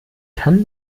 kann